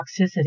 toxicity